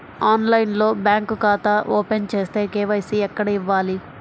ఆన్లైన్లో బ్యాంకు ఖాతా ఓపెన్ చేస్తే, కే.వై.సి ఎక్కడ ఇవ్వాలి?